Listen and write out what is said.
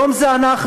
היום זה אנחנו,